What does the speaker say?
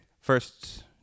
first